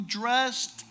dressed